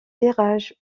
tirage